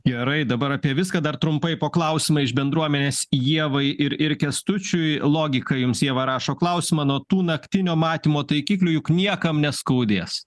gerai dabar apie viską dar trumpai po klausimą iš bendruomenės ievai ir ir kęstučiui logika jums ieva rašo klausimą nuo tų naktinio matymo taikiklių juk niekam neskaudės